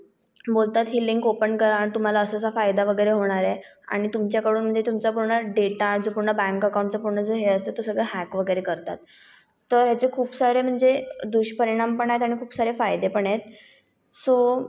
बोलतात ही link open करा आणि तुम्हाला असा असा फायदा वगैरे होणार आहे आणि तुमच्याकडून म्हणजे तुमचा पूर्ण डेटा जो पूर्ण बँक अकाऊंटचं पूर्ण जे हे असतो तो सगळा हॅक वगैरे करतात तर ह्याचे खूप सारे म्हणजे दुष्परिणाम पण आहेत आणि खूप सारे फायदे पण आहेत सो